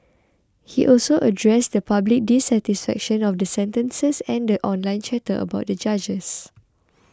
he also addressed the public dissatisfaction of the sentences and the online chatter about the judges